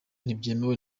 ntibyemewe